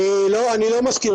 אני לא מסכים.